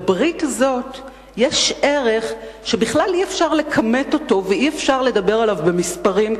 לברית הזאת יש ערך שבכלל אי-אפשר לכמת אותו ואי-אפשר לדבר עליו במספרים,